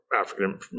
African